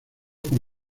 con